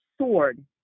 sword